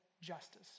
justice